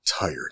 tired